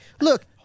look